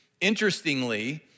Interestingly